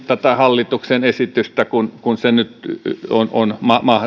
tätä hallituksen esitystä siltä osin kuin se nyt on on